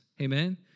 Amen